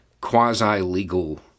quasi-legal